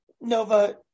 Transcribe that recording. Nova